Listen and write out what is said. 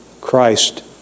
Christ